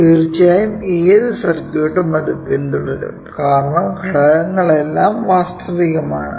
തീർച്ചയായും ഏത് സർക്യൂട്ടും അത് പിന്തുടരും കാരണം ഘടകങ്ങളെല്ലാം വാസ്തവികം ആണ്